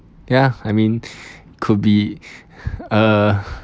ya I mean could be uh